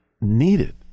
needed